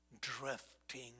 drifting